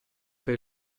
per